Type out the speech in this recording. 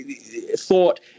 thought